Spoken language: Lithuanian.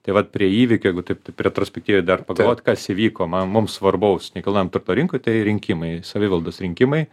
tai vat prie įvykio jeigu taip taip retrospektyviai dar pagalvot kas įvyko ma mums svarbaus nekilnojamo turto rinkoj tai rinkimai savivaldos rinkimai